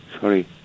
Sorry